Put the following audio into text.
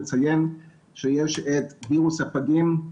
לציין שיש את וירוס הפגים,